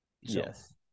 Yes